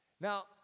Now